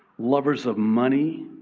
lovers of money,